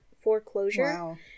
foreclosure